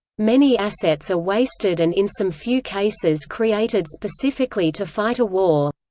many assets are wasted and in some few cases created specifically to fight a war.